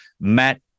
Matt